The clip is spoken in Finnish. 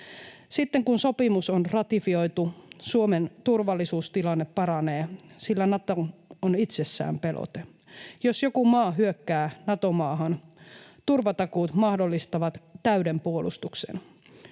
Sitten kun sopimus on ratifioitu, Suomen turvallisuustilanne paranee, sillä Nato on itsessään pelote. Jos joku maa hyökkää Nato-maahan, turvatakuut mahdollistavat täyden puolustuksen.